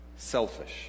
Selfish